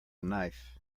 knife